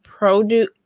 Produce